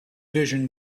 vision